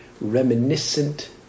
reminiscent